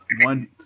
One